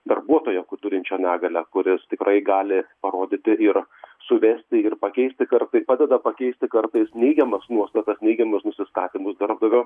darbuotojo turinčio negalią kuris tikrai gali parodyti ir suvesti ir pakeisti kartai padeda pakeisti kartais neigiamas nuostatas neigiamus nusistatymus darbdavio